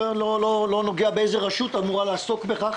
לא נוגע באיזה רשות אמורה לעסוק בכך